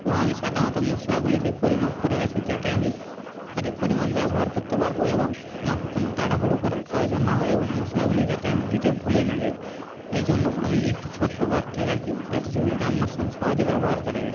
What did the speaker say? এবং আমি সাধারণত মশলাগুলিকে পরিমাপ করে রাখি যাতে আমি সঠিক পরিমাণ ব্যবহার করতে পারব এবং আমাকে কোনো তাড়াহুড়ো করার প্রয়োজন না হয় এবং মশলাগুলি যাতে আমি দিতে ভুলে না যাই এই জন্য আমি একটি ছোটো পাত্রে রাখি যাতে সেগুলি রান্নার সময় সহজে ব্যবহার করা যায়